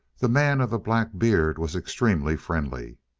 the man of the black beard was extremely friendly.